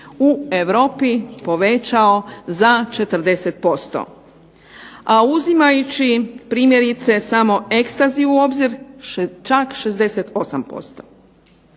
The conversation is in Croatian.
u Europi povećao za 40%, a uzimajući primjerice samo exctasy u obzir čak 68%.